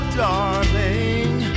darling